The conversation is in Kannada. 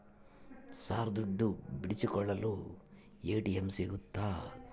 ಸರ್ ದುಡ್ಡು ಬಿಡಿಸಿಕೊಳ್ಳಲು ಎ.ಟಿ.ಎಂ ಸಿಗುತ್ತಾ?